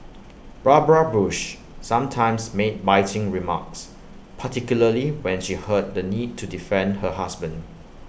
Barbara bush sometimes made biting remarks particularly when she heard the need to defend her husband